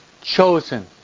Chosen